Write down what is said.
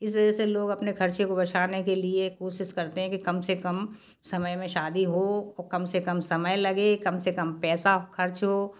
इस वजह से लोग अपने ख़र्चे को बचाने के लिए कोशिश करते हैं कि कम से कम समय में शादी हो और कम से कम समय लगे कम से कम पैसा ख़र्च हो